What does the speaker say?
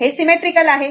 तर हे सिमेट्रीकल आहे